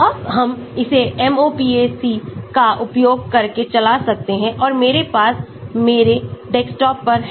अब हम इसे MOPAC का उपयोग करके चला सकते हैं और मेरे पास मेरे डेस्कटॉप पर है